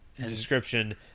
description